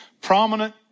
prominent